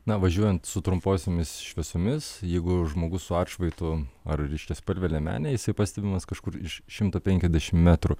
na važiuojant su trumposiomis šviesomis jeigu žmogus su atšvaitu ar ryškiaspalve liemene jisai pastebimas kažkur iš šimto penkiasdešimt metrų